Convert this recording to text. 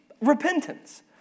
repentance